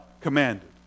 commanded